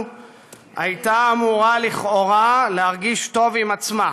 הייתה אמורה לכאורה להרגיש טוב עם עצמה,